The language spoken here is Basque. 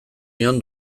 nion